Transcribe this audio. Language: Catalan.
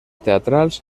teatrals